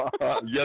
Yes